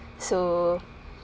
so